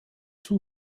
two